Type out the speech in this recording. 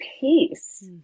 peace